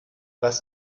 was